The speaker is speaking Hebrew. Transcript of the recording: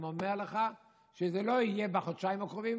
אני אומר לך שזה לא יהיה בחודשיים הקרובים,